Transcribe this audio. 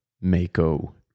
mako